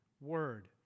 word